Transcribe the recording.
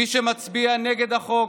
מי שמצביע נגד החוק,